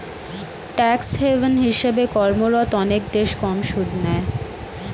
tax haven হিসেবে কর্মরত অনেক দেশ কম সুদ নেয়